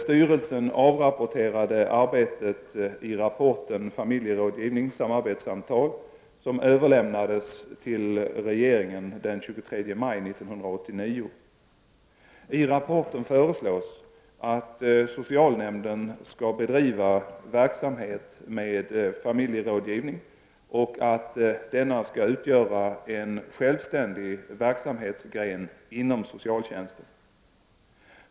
Styrelsen avrapporterade arbetet i rapporten Familjerådgivning — Samarbetssamtal som överlämnades till regeringen den 23 maj 1989. I rapporten föreslås att socialnämnden skall bedriva verksamhet med familjerådgivning och att denna skall utgöra en självständig verksamhetsgren inom socialtjänsten.